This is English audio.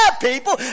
people